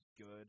good